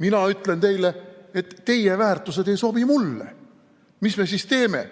Mina ütlen teile, et teie väärtused ei sobi mulle. Mis me siis teeme?